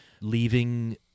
leaving